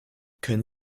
können